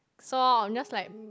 so I was just like